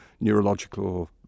neurological